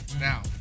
Now